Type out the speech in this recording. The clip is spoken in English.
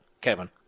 Kevin